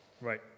right